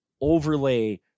overlay